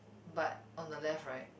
but on the left right